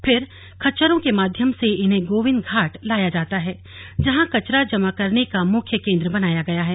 फिर खच्चरों के माध्यम से इन्हें गोविन्द घाट लाया जाता है जहां कचरा जमा करने का मुख्य केंद्र बनाया गया है